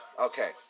okay